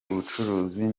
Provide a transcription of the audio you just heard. ubucuruzi